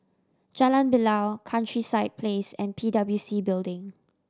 Jalan Bilal Countryside Place and P W C Building